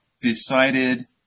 decided